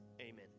amen